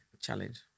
challenge